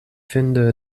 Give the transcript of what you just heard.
finde